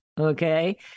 okay